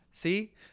See